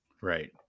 Right